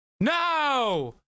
no